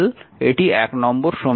এটি নম্বর সমীকরণ